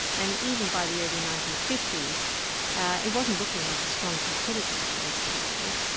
and even by the early nineteen fifty s it wasn't looking like a strong competitor to the rest of the world,